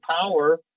power